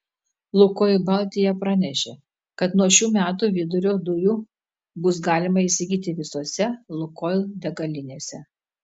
lukoil baltija pranešė kad nuo šių metų vidurio dujų bus galima įsigyti visose lukoil degalinėse